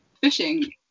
fishing